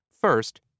First